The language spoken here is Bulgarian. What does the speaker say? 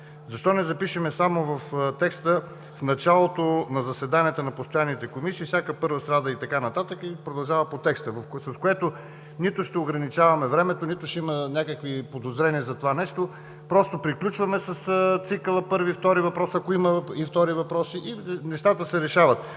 Защо не запишем само текста: „В началото на заседанията на постоянните комисии всяка първа среща“ и така нататък продължава по текста, с което нито ще ограничаваме времето, нито ще има някакви подозрения за това нещо, просто приключваме с цикъла първи, втори въпрос, ако има втори въпрос, и нещата се решават.